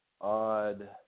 odd